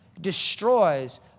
destroys